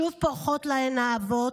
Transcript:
/ שוב פורחות להן האהבות,